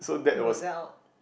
he was out